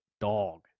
dog